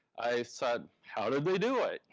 i thought, how did they do it?